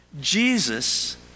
Jesus